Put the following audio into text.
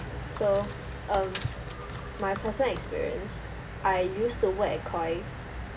so um my personal experience I used to work at koi